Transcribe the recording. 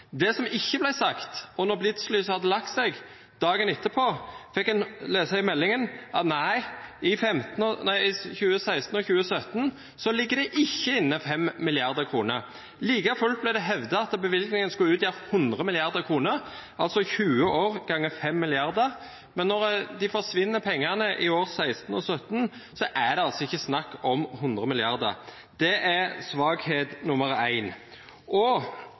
Det som ikke ble sagt, som en fikk lese i meldingen dagen etter, når blitzlyset hadde lagt seg, var at nei, i 2016 og 2017 ligger det ikke inne 5 mrd. kr. Like fullt ble det hevdet at bevilgningen skulle utgjøre 100 mrd. kr, altså 20 år ganger 5 mrd. kr, men når de pengene forsvinner i 2016 og 2017, er det altså ikke snakk om 100 mrd. kr. Det er svakhet nummer én. Skulle veiselskapet ha vært en